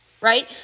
right